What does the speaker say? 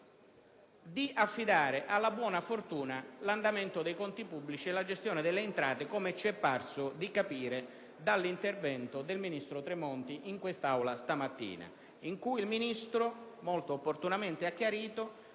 di affidare alla buona fortuna l'andamento dei conti pubblici e la gestione delle entrate, come ci è parso di capire dall'intervento svolto dal ministro Tremonti in quest'Aula stamattina, in cui egli molto opportunamente ha chiarito